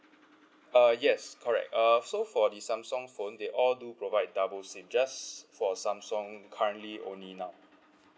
uh yes correct uh so for the samsung phone they all do provide double SIM just for samsung currently only now